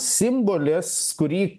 simbolis kurį